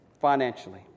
financially